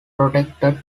protected